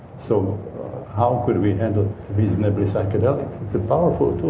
so how could we handle reasonably psychedelics? it's a powerful tool,